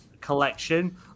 collection